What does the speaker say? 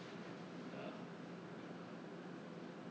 ya